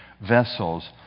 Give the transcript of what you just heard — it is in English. vessels